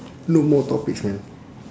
look more topics man